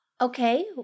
Okay